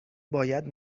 باید